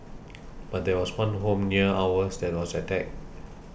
but there was one home near ours that was attacked